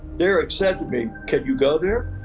derek said to me, can you go there?